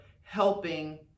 helping